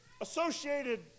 Associated